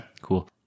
cool